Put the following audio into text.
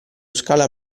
scala